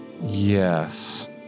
yes